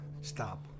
stop